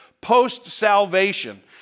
post-salvation